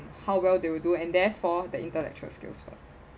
how well they will do and therefore the intellectual skills first